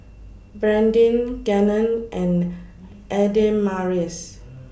Brandyn Gannon and Adamaris